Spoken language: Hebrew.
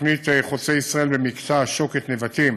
תוכנית חוצה-ישראל במקטע שוקת נבטים